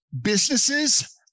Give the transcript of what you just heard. businesses